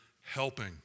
helping